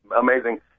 amazing